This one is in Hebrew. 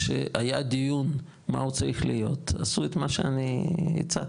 שהיה דיון מה עוד צריך להיות עשו את מה שאני הצעתי.